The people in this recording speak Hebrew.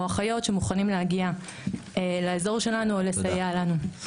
אחיות שמוכנים להגיע לאזור שלנו ולסייע לנו.